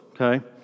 okay